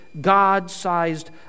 God-sized